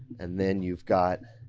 and then you've got.